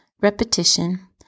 repetition